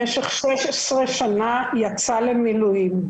ובמשך 16 שנה יצא למילואים,